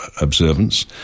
observance